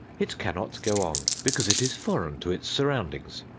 it cannot go on, because it is foreign to its sur roundings.